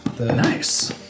Nice